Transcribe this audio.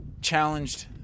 challenged